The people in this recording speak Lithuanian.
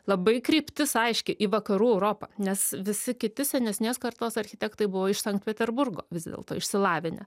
labai kryptis aiški į vakarų europą nes visi kiti senesnės kartos architektai buvo iš sankt peterburgo vis dėlto išsilavinę